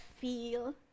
feel